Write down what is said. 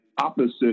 opposite